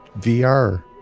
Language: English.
VR